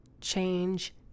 change